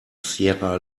sierra